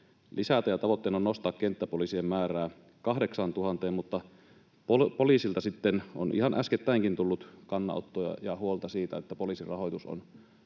lisätään ja tavoitteena on nostaa kenttäpoliisien määrää 8 000:een, mutta poliisilta on ihan äskettäinkin tullut kannanottoja ja huolta siitä, että poliisin rahoitus on